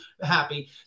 happy